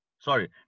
sorry